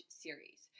series